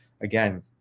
again